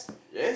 yes